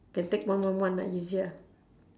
can take one one one lah easier